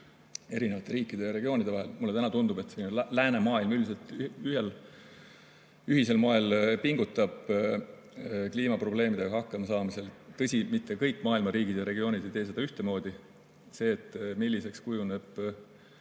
erinevate riikide ja regioonide vahel. Mulle täna tundub, et läänemaailm üldiselt ühisel moel pingutab kliimaprobleemidega hakkama saamisel. Tõsi, mitte kõik maailma riigid ja regioonid ei tee seda ühtemoodi. See, milliseks kujuneb